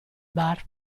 bar